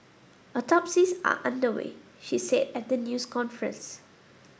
autopsies are under way she said at the news conference